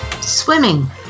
Swimming